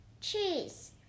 cheese